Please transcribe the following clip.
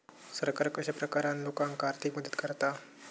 सरकार कश्या प्रकारान लोकांक आर्थिक मदत करता?